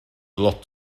lot